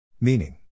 Meaning